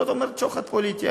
זאת אומרת שוחד פוליטי.